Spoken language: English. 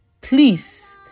Please